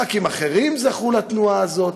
חברי כנסת אחרים זכו לתנועה הזאת.